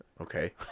Okay